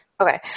Okay